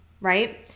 right